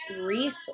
resource